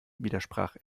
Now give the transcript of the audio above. widersprach